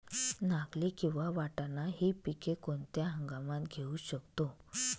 नागली आणि वाटाणा हि पिके कोणत्या हंगामात घेऊ शकतो?